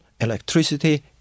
electricity